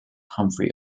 humphrey